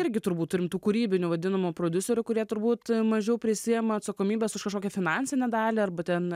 irgi turbūt turim tų kūrybinių vadinamų prodiuserių kurie turbūt mažiau prisiima atsakomybės už kažkokią finansinę dalį arba ten